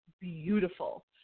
beautiful